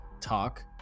talk